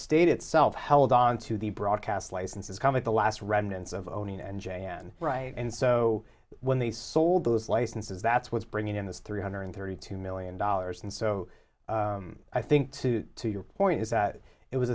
state itself held onto the broadcast licenses come at the last remnants of owning and j n and so when they sold those licenses that's what's bringing in this three hundred thirty two million dollars and so i think to to your point is that it was